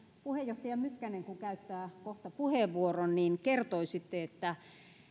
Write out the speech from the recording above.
puheenjohtaja mykkänen käyttää kohta puheenvuoron niin kertoisitte